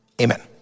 Amen